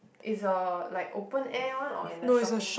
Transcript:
it's a like open air one or in the shopping